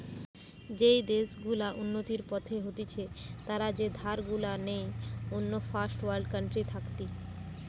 যেই দেশ গুলা উন্নতির পথে হতিছে তারা যে ধার গুলা নেই অন্য ফার্স্ট ওয়ার্ল্ড কান্ট্রি থাকতি